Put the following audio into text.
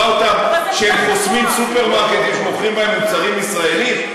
אותם שהם חוסמים סופרמרקט שמוכרים בו מוצרים ישראליים?